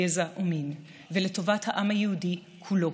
גזע או מין ולטובת העם היהודי כולו.